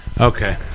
Okay